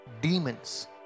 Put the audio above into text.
demons